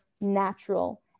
natural